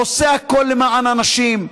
עושה הכול למען אנשים.